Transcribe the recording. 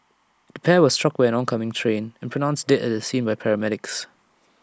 the pair were struck by an oncoming train and pronounced dead at the scene by paramedics